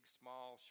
small